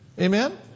Amen